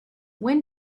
when